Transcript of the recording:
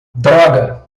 droga